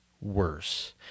worse